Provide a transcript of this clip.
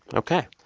ok.